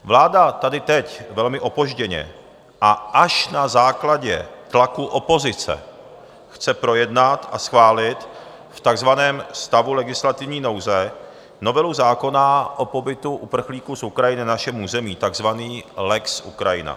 Vláda tady teď velmi opožděně a až na základě tlaku opozice chce projednat a schválit v takzvaném stavu legislativní nouze novelu zákona o pobytu uprchlíků z Ukrajiny na našem území takzvaný lex Ukrajina.